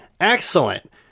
Excellent